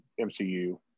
MCU